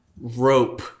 rope